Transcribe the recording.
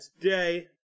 today